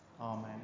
Amen